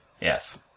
Yes